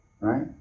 right